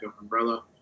umbrella